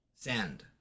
Send